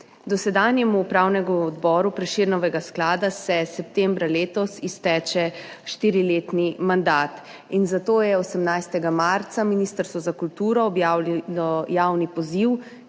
Dosedanjemu Upravnemu odboru Prešernovega sklada se septembra letos izteče štiriletni mandat in zato je 18. marca ministrstvo za kulturo objavilo javni poziv,